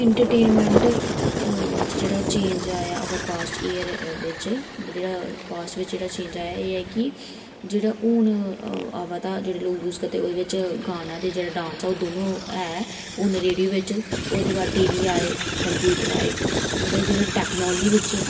entertainment बिच जेह्ड़ा change आया पास्ट ईयर बिच जेह्ड़ा पास्ट बिच चेंज़ आया एह् ऐ की जेह्ड़ा हून आवा दा जेह्ड़े लोक यूज़ करदे ते एह्दे च गाना ते डांस दोनों एह्दे बिच ऐ ओह् न रेडियो बिच ओह्दे बाद टीवी आए कंप्यूटर बिच मतलब जेह्ड़े चेंजज आए टेक्नोलॉजी बिच